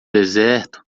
deserto